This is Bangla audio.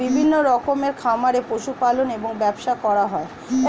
বিভিন্ন রকমের খামারে পশু পালন এবং ব্যবসা করা হয়